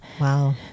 Wow